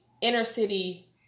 inner-city